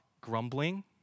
grumbling